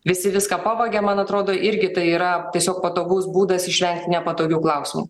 visi viską pavagia man atrodo irgi tai yra tiesiog patogus būdas išvengti nepatogių klausimų